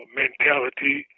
mentality